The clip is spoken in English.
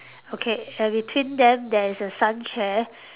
okay and between them there is a sun chair